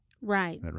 Right